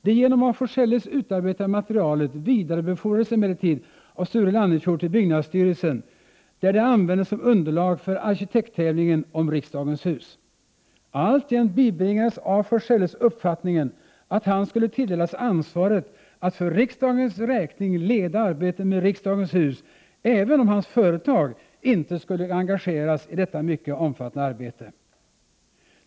Det genom af Forselles utarbetade materialet vidarbefordrades emellertid av Sture Lannefjord till byggnadsstyrelsen, där det användes som underlag för arkitekttävlingen om riksdagens hus. Alltjämt bibringades af Forselles uppfattningen att han skulle tilldelas ansvaret att för riksdagens räkning leda arbetet med riksdagens hus, även om hans företag inte skulle engageras i detta mycket omfattande arbete.